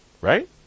right